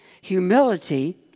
Humility